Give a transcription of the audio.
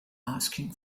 asking